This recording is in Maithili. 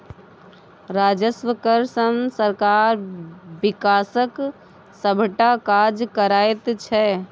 राजस्व कर सँ सरकार बिकासक सभटा काज करैत छै